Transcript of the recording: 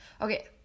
okay